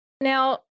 now